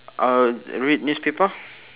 I will read newspaper